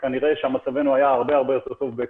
אם אתה מוסיף עוד קצת כסף,